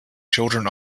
children